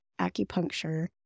acupuncture